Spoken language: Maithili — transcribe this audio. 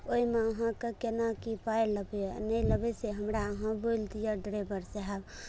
ओहिमे अहाँके केना की पाइ लबै नहि लेबै से हमरा अहाँ बोलि दिअ ड्राइभर साहेब